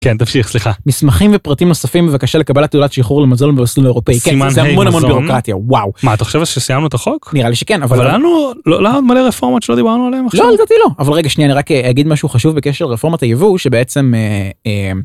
כן תמשיך סליחה. מסמכים ופרטים נוספים בבקשה לקבלת תעודת שחרור למזון במסלול אירופאי. כן זה המון המון ביורוקרטיה וואו. מה אתה חושב אבל שסיימנו את החוק? נראה לי שכן אבל. לא היה לנו, לא היה עוד מלא רפורמות שלא דיברנו עליהם עכשיו? לא לדעתי לא. אבל רגע שניה אני רק אגיד משהו חשוב בקשר לרפורמת היבוא, שבעצם